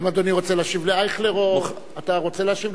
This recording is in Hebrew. האם אדוני רוצה להשיב לאייכלר, או, אתה רוצה להשיב